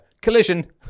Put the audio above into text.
collision